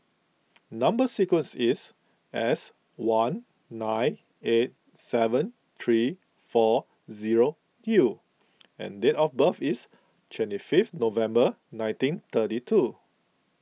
Number Sequence is S one nine eight seven three four zero U and date of birth is twenty fifth November nineteen thirty two